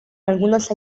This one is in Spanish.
algunos